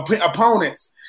opponents